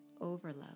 overload